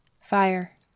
Fire